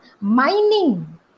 mining